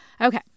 Okay